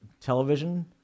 television